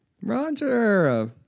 Roger